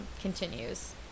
continues